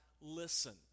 listen